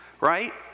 right